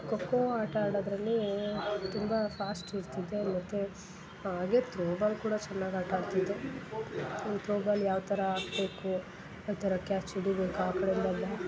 ಖೋಖೋ ಆಟ ಆಡೋದರಲ್ಲಿ ತುಂಬ ಫಾಸ್ಟ್ ಇರ್ತಿದ್ದೆ ಮತ್ತು ಹಾಗೆ ತ್ರೋಬಾಲ್ ಕೂಡ ಚೆನ್ನಾಗಿ ಆಟ ಆಡ್ತಿದ್ದೆ ತ್ರೋಬಾಲ್ ಯಾವ ಥರ ಹಾಕ್ಬೇಕು ಯಾವ ಥರ ಕ್ಯಾಚ್ ಹಿಡಿಬೇಕು ಆ ಥರ